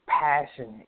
Passionate